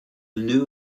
new